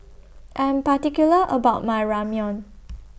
I Am particular about My Ramyeon